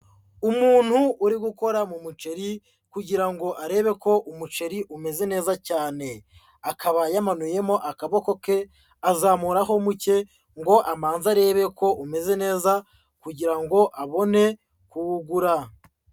Umuntu uri gukora mu muceri kugira ngo arebe ko umuceri umeze neza cyane. Akaba yamanuyemo akaboko ke, azamuraho muke ngo abanze arebe ko umeze neza kugira ngo abone kuwugura.